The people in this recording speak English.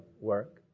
work